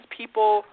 people